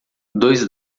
dois